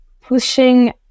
pushing